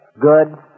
Good